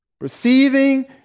Receiving